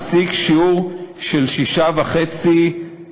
בדמות קמפיין שטוף שנאה שבצדו קריאות לחרמות,